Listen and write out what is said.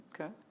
Okay